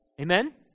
Amen